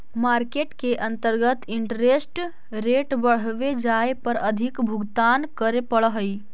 market के अंतर्गत interest rate बढ़वे जाए पर अधिक भुगतान करे पड़ऽ हई